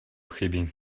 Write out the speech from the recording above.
chybí